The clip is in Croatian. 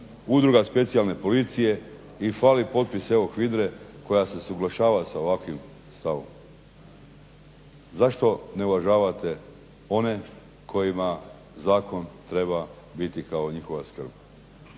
Udruga specijalne policije i fali potpis evo HVIDRA-e koja se usuglašava sa ovakvim stavom. Zašto ne uvažavate one kojima zakon treba biti kao njihova …?